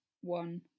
one